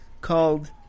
called